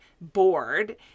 bored